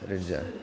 ranger